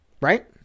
right